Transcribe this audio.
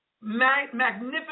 magnificent